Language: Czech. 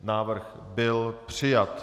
Návrh byl přijat.